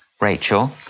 Rachel